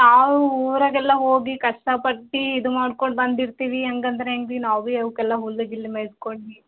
ನಾವು ಊರಾಗೆಲ್ಲಾ ಹೋಗಿ ಕಷ್ಟಪಟ್ಟು ಇದು ಮಾಡ್ಕೊಂಡು ಬಂದಿರ್ತೀವಿ ಹಂಗಂದ್ರೆ ಹ್ಯಾಂಗೆ ರೀ ನಾವು ಅವುಕ್ಕೆಲ್ಲಾ ಹುಲ್ಲು ಗಿಲ್ಲು ಮೇಯಿಸ್ಕೊಂಡು